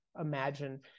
imagine